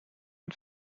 man